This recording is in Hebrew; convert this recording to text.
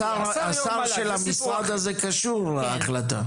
השר של המשרד הזה קשור להחלטה?